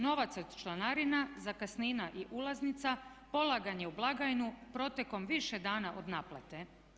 Novac od članarina, zakasnina i ulaznica polagan je u blagajnu protekom više dana od naplate.